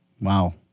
Wow